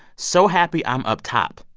so happy i'm up top.